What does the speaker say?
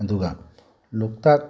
ꯑꯗꯨꯒ ꯂꯣꯛꯇꯥꯛ